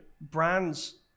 brands